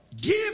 give